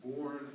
born